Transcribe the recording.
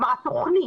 כלומר התכנית,